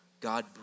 God